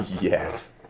yes